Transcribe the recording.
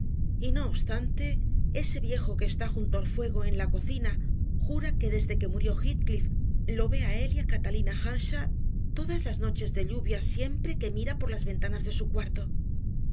mismo y no obstante ese viejo que está junto al fuego en la cocina jura que desde que murió heathcliff lo ve a él y a catalina earnshaw todas las noches de lluvia siempre que mira por las ventanas de su cuarto